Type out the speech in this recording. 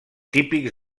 típics